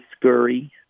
Scurry